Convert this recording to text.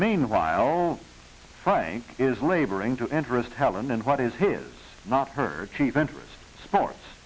meanwhile frank is laboring to interest helen and what is his not her chief interest sports